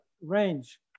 range